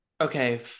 Okay